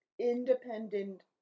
independent-